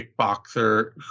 kickboxer